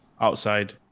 outside